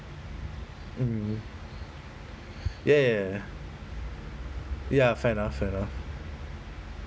mm ya ya ya ya ya fair enough fair enough